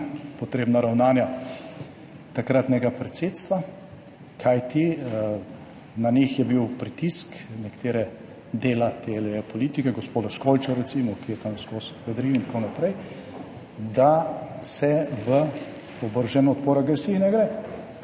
potrebna ravnanja takratnega predsedstva, kajti na njih je bil pritisk dela te politike, gospoda Školča recimo, ki je tam ves čas vedril in tako naprej, da se v oborožen odpor agresiji ne gre.